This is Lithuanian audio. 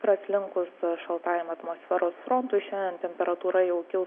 praslinkus šaltajam atmosferos frontui šiandien temperatūra jau kils